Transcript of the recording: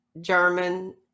German